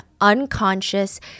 unconscious